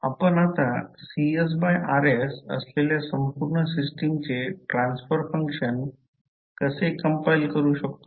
आपण आता CsRs असलेल्या संपूर्ण सिस्टमचे ट्रान्सफर फंक्शन असे कंपाईल करू शकतो